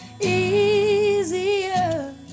easier